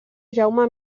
jaume